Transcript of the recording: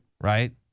Right